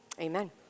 Amen